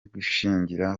gushingira